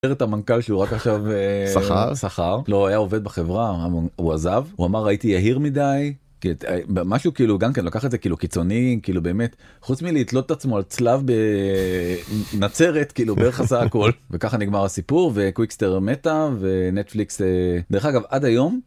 את המנכ״ל שהוא רק עכשיו.. שכר שכר.. לא היה עובד בחברה הוא עזב הוא אמר הייתי יהיר מדי, משהו כאילו גם כן לוקח את זה כאילו קיצוני כאילו באמת חוץ מלתלות את עצמו על צלב בנצרת כאילו בערך עשה הכול וככה נגמר הסיפור וקוויקסטר מתה ונטפליקס... דרך אגב עד היום...